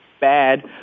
bad